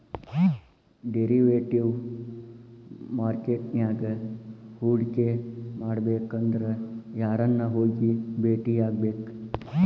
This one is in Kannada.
ಡೆರಿವೆಟಿವ್ ಮಾರ್ಕೆಟ್ ನ್ಯಾಗ್ ಹೂಡ್ಕಿಮಾಡ್ಬೆಕಂದ್ರ ಯಾರನ್ನ ಹೊಗಿ ಬೆಟ್ಟಿಯಾಗ್ಬೇಕ್?